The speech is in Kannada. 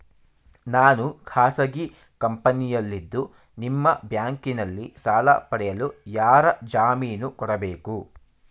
ನಾನು ಖಾಸಗಿ ಕಂಪನಿಯಲ್ಲಿದ್ದು ನಿಮ್ಮ ಬ್ಯಾಂಕಿನಲ್ಲಿ ಸಾಲ ಪಡೆಯಲು ಯಾರ ಜಾಮೀನು ಕೊಡಬೇಕು?